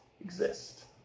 exist